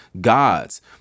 gods